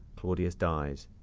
claudius dies.